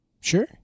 Sure